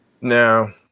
Now